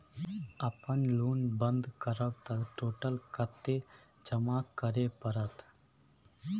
अपन लोन बंद करब त टोटल कत्ते जमा करे परत?